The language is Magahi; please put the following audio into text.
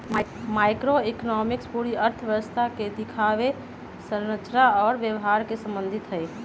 मैक्रोइकॉनॉमिक्स पूरी अर्थव्यवस्था के दिखावे, संरचना और व्यवहार से संबंधित हई